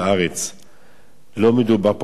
לא מדובר פה במאבק חדש,